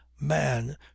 man